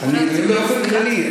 תחבורה ציבורית?